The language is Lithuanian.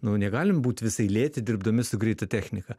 nu negalim būt visai lėti dirbdami su greita technika